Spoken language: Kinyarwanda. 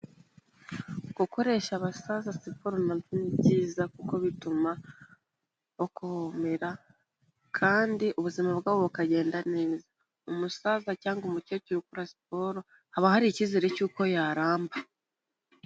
Gukoresha abasaza siporo na byo ni byiza kuko bituma bakomera kandi ubuzima bwabo bukagenda neza. Umusaza cyangwa umukecuru ukora siporo, haba hari icyizere cy'uko yaramba.